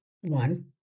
one